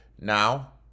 now